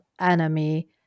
enemy